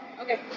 Okay